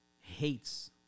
hates